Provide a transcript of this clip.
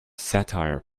satire